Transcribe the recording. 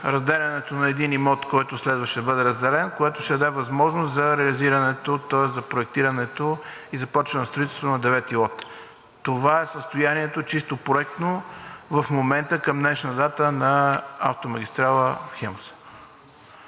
разделянето на един имот, който следва да бъде разделен, което ще даде възможност за проектирането и започването на строителството на Лот 9. Това е състоянието чисто проектно – в момента, към днешна дата на автомагистрала „Хемус“.